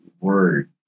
word